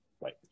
right